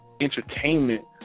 entertainment